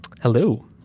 hello